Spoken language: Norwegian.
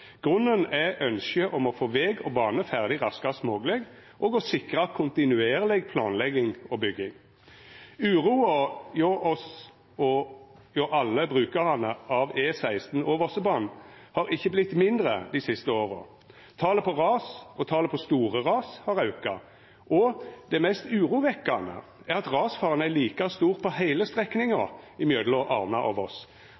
Grunnen er eit ønskje om å få veg og bane ferdig raskast mogleg og å sikra kontinuerleg planlegging og bygging. Uroa hjå oss og alle brukarane av E16 og Vossebanen har ikkje vorte mindre dei siste åra. Talet på ras og talet på store ras har auka, og det mest urovekkjande er at rasfaren er like stor på heile strekninga